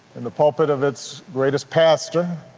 in the pulpit of its greatest pastor,